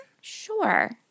Sure